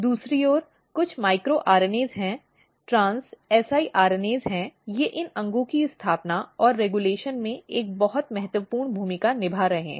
दूसरी ओर कुछ micro RNAs हैं trans siRNAs ये इन अंगों की स्थापना और रेगुलेशन में एक बहुत महत्वपूर्ण भूमिका निभा रहे हैं